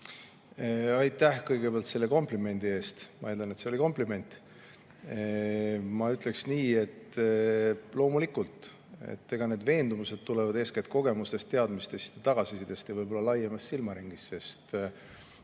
Aitäh kõigepealt selle komplimendi eest! Ma eeldan, et see oli kompliment. Ma ütleksin nii, et loomulikult, need veendumused tulevad eeskätt kogemustest, teadmistest ja tagasisidest ning võib-olla laiemast silmaringist.